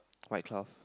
white cloth